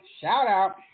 shout-out